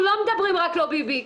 אנחנו לא מדברים "רק לא ביבי",